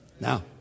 Now